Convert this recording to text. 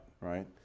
right